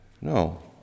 No